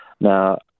Now